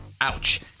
Ouch